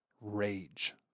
rage